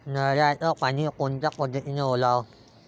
नयराचं पानी कोनच्या पद्धतीनं ओलाव?